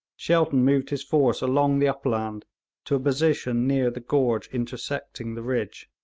shelton moved his force along the upland to position near the gorge intersecting the ridge,